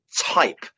type